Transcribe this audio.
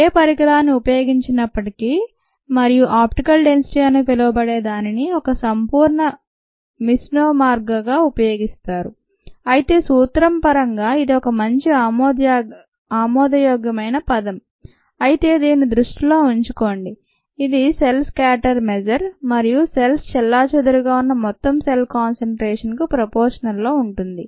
ఒకే పరికరాన్ని ఉపయోగించినప్పటికీ మరియు ఆప్టికల్ డెన్సిటీ అని పిలవబడే దానిని ఒక సంపూర్ణ మిస్నోమర్గా ఉపయోగిస్తారు అయితే సూత్రం పరంగా ఇది ఒక మంచి ఆమోదయోగ్యమైన పదం అయితే దీనిని దృష్టిలో ఉంచుకోండి ఇది సెల్ స్కాటర్ మెజర్ మరియు సెల్స్ చెల్లాచెదురుగా ఉన్న మొత్తం సెల్ కాన్సెన్ట్రేషన్ కు ప్రపోషన్ లో ఉంటుంది